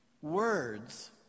words